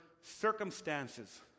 circumstances